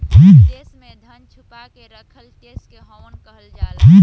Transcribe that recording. विदेश में धन छुपा के रखला के टैक्स हैवन कहल जाला